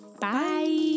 Bye